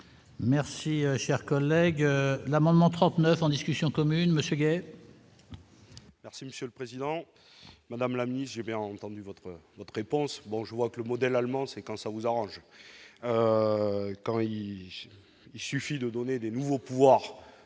Merci, cher collègue, l'amendement 39 en discussion commune Monsieur Guey. Merci Monsieur le Président Madame la Mini, j'ai bien entendu votre votre réponse, bon je vois que le modèle allemand, c'est quand ça vous arrange quand il y il suffit de donner des nouveaux pouvoirs